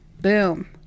Boom